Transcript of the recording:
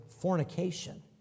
fornication